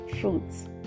fruits